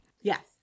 Yes